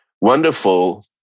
wonderful